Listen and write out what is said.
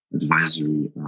advisory